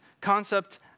concept